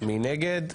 מי נגד?